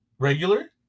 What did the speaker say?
Regular